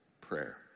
prayer